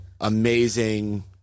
amazing